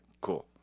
cool